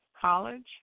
College